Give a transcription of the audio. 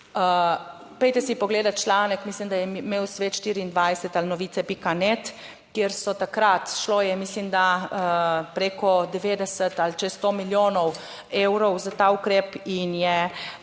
Pojdite si pogledati članek, mislim da je imel Svet24 ali novice.net, kjer so takrat, šlo je mislim da preko 90 ali čez sto milijonov evrov za ta ukrep in je